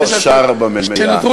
אתה לא שר במליאה.